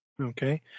Okay